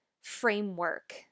framework